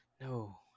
No